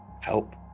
help